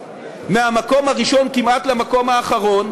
מהמקום הראשון כמעט למקום האחרון,